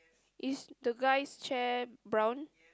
is the guy's chair brown